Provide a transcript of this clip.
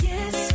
Yes